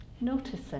noticing